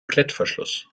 klettverschluss